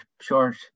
short